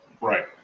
right